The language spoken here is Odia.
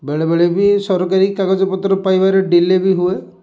ବେଳେ ବେଳେ ବି ସରକାରୀ କାଗଜପତ୍ର ପାଇବାରେ ଡିଲେ ବି ହୁଏ